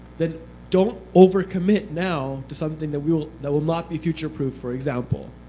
then don't overcommit now to something that will that will not be future proof, for example.